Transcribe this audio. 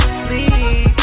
sleep